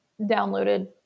downloaded